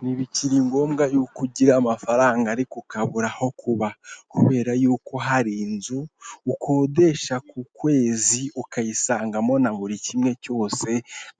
Ntibikiri ngombwa yuko ugira amafaranga ariko ukabura aho kuba kubera yuko hari inzu ukodesha ku kwezi ukayisangamo na buri kimwe cyose